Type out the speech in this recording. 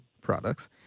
products